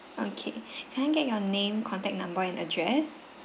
okay can I get your name contact number and address